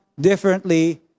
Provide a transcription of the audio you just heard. differently